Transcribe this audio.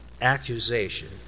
accusation